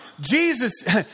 Jesus